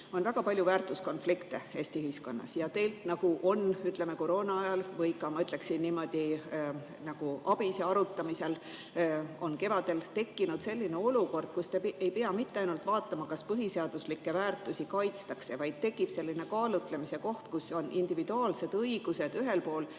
on väga palju väärtuskonflikte Eesti ühiskonnas. Teil nagu on koroona ajal või ka, ma ütleksin niimoodi, nagu ABIS-e arutamisel kevadel tekkinud selline olukord, kus te ei pea mitte ainult vaatama, kas põhiseaduslikke väärtusi kaitstakse, vaid tekib selline kaalutlemise koht, kus on individuaalsed õigused ühel pool